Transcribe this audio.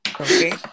okay